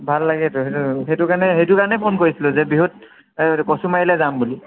ভাল লাগেতো সেইটো সেইটো কাৰণে সেইটো কাৰণে ফোন কৰিছিলোঁ যে বিহুত কচুমাৰীলৈ যাম বুলি